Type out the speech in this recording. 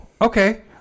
okay